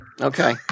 okay